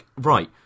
Right